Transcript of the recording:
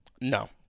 No